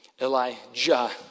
Elijah